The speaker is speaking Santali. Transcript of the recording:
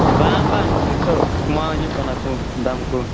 ᱵᱟᱝ ᱵᱟᱝ ᱱᱤᱛᱚᱜ ᱠᱚᱢᱟᱣ ᱧᱚᱜ ᱟᱠᱟᱱᱟ ᱠᱚ ᱫᱟᱢ ᱠᱚ